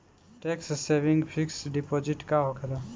Tax saving fix deposit का होखे ला?